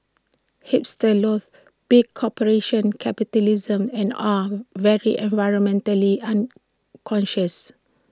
hipsters loath big corporations capitalism and are very environmentally unconscious